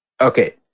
Okay